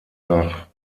nach